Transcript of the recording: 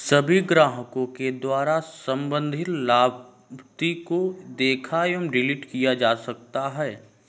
सभी ग्राहकों के द्वारा सम्बन्धित लाभार्थी को देखा एवं डिलीट किया जा सकता है